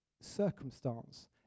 circumstance